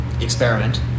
experiment